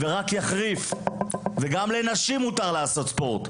גם את זה הם יעצרו.